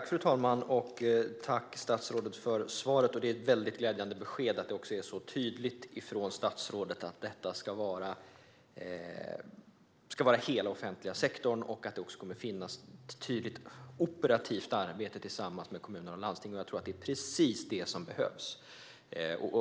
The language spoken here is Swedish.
Fru talman! Jag tackar statsrådet för svaret. Det är glädjande att det kommer ett tydligt besked från statsrådet att detta ska gälla hela den offentliga sektorn och att det kommer att bedrivas ett tydligt operativt arbete tillsammans med kommuner och landsting. Jag tror att det är precis det som behövs.